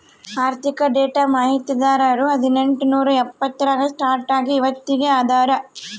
ಆರ್ಥಿಕ ಡೇಟಾ ಮಾಹಿತಿದಾರರು ಹದಿನೆಂಟು ನೂರಾ ಎಪ್ಪತ್ತರಾಗ ಸ್ಟಾರ್ಟ್ ಆಗಿ ಇವತ್ತಗೀ ಅದಾರ